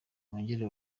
bongere